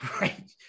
right